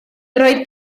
oedd